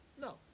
No